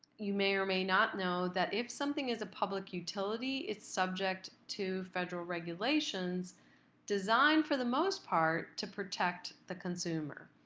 you may or may not know that if something is a public utility, it's subject to federal regulations designed, for the most part, to protect the consumer.